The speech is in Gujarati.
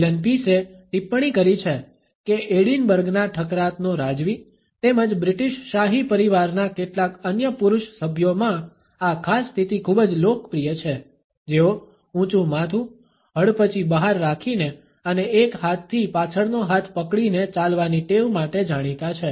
એલન પીસએ ટિપ્પણી કરી છે કે એડિનબર્ગના ઠકરાતનો રાજવી તેમજ બ્રિટિશ શાહી પરિવારના કેટલાક અન્ય પુરુષ સભ્યોમાં આ ખાસ સ્થિતિ ખૂબ જ લોકપ્રિય છે જેઓ ઊંચું માથું હડપચી બહાર રાખીને અને એક હાથથી પાછળનો હાથ પકડીને ચાલવાની ટેવ માટે જાણીતા છે